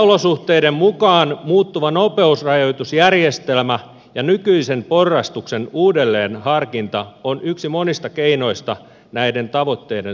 tieolosuhteiden mukaan muuttuva nopeusrajoitusjärjestelmä ja nykyisen porrastuksen uudelleenharkinta on yksi monista keinoista näiden tavoitteiden saavuttamiseksi